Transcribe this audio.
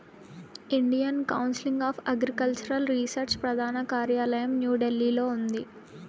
Indian council of agricultural research ప్రధాన కార్యాలయం న్యూఢిల్లీలో ఉంది